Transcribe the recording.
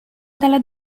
dalla